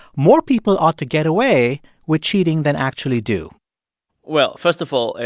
more people ought to get away with cheating than actually do well, first of all,